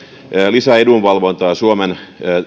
lisää edunvalvontaa suomen